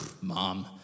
Mom